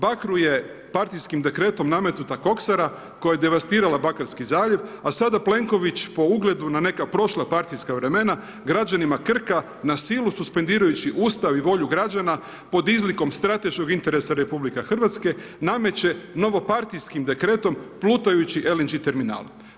Bakru je partijskim dekretom nametnuta koksara koja je devastirala Bakarski zaljev, a sada Plenković po ugledu na neka prošla partijska vremena građanima Krka na silu suspendirajući Ustav i volju građana pod izlikom strateškog interesa Republike Hrvatske nameće novopartijskim dekretom plutajući LNG terminal.